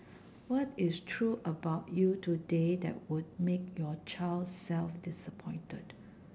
what is true about you today that would make your child self disappointed